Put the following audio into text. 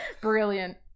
Brilliant